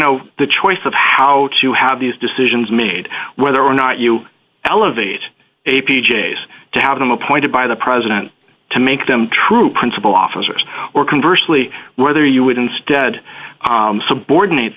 know the choice of how to have these decisions made whether or not you elevate a pj's to have them appointed by the president to make them true principle officers or conversely whether you would instead subordinate